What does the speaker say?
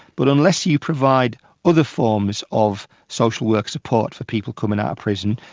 but unless you provide other forms of social work support for people coming out of prison,